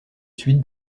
suite